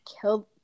killed